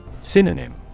Synonym